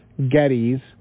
Gettys